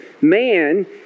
man